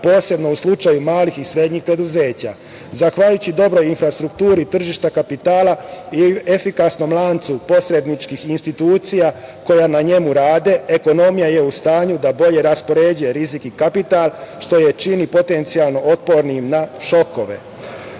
posebno u slučaju malih i srednjih preduzeća. Zahvaljujući dobroj infrastrukturi tržišta kapitala i efikasnom lancu posredničkih institucija koja na njemu rade, ekonomija je u stanju da bolje raspoređuje rizik i kapital, što je čini potencijalno otpornim na